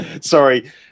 sorry